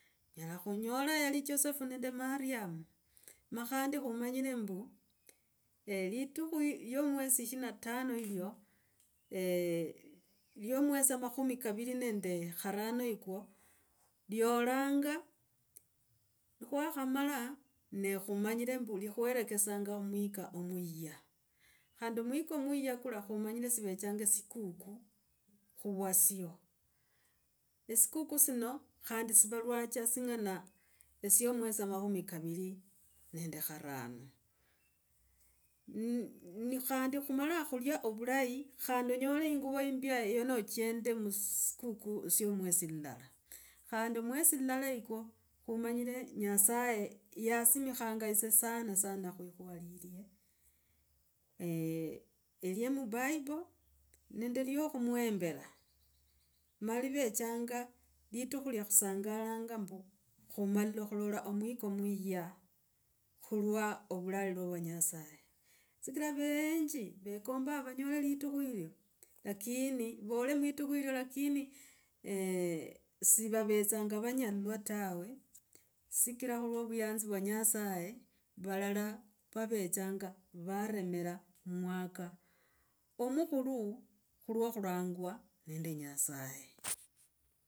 Nyela khonyola yali chosefu nende Mariamu. Ma khandi khumanyire mbu, litukhu iyo omwesi ishirini na tano yilyo eeh iyo omwesi amakumi kaviri nende kharano yokwo, diyolanga, khwakhamala ne khumanyire mbu likherekesanga omwika omuyha. Kandi mwika muya kula khumanyile kuvetsanga siku kuu, khuvwaso. Esiku kuu sino, khandi sivalwacha singana syo mwesi amakhumi kaviri nende kharano. Nikhandi khumala khulia, ovulayi khandi onyole yinguvo imbya ya nochende musiku kuu syo omwesi lulala. Khandi mwesi lulala yakwo, khumanyila nyasaye yasimikhanga ese sana. Sanasana khuikhuva lilye, erie mubible, nende lyo okhumuembela. Mali vechanga, litukhu lya khusangala ombu, khumale khukola omwika muya, kulwa ovulwalwo vwa nyasaye. Sikra eve nje vekomba khulola etikhu, lakini vole mwitukhu ilyo lakini, sivavetsanga vanyelwa tawe, sikira khu lwo vuyanzi vwa nyasaye. Valala vavechanga varemira, mumwaka omukhulu khulwo khulangwa nende nyasaye.